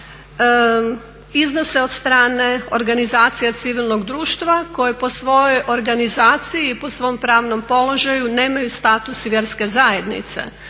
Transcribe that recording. iznose od strane organizacija civilnog društva koje po svojoj organizaciji i po svom pravnom položaju nemaju status vjerske zajednice.